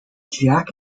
jack